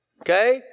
Okay